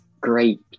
great